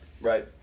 Right